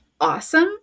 awesome